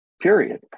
period